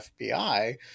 FBI